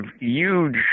huge